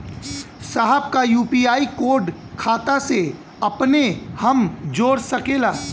साहब का UPI code खाता से अपने हम जोड़ सकेला?